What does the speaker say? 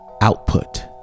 output